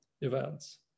events